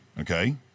okay